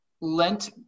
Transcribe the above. lent